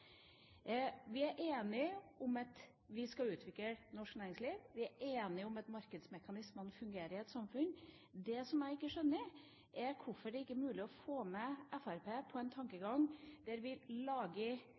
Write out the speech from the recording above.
Vi er enige om at vi skal utvikle norsk næringsliv, vi er enige om at markedsmekanismene må fungere i et samfunn. Det jeg ikke skjønner, er hvorfor det ikke er mulig å få med Fremskrittspartiet på en tankegang der vi lager